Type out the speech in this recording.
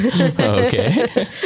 Okay